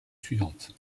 suivante